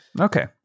Okay